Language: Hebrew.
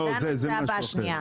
לא, זאת הבעיה השנייה.